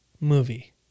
movie